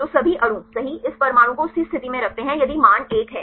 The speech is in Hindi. तो सभी अणु सही इस परमाणु को उसी स्थिति में रखते हैं यदि मान 1 है